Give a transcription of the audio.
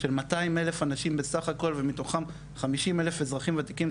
של 200 אלף אנשים בסך הכול ומתוכם 50 אלף אזרחים וותיקים,